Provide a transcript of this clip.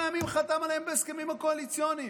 ימים חתם עליהם בהסכמים הקואליציוניים,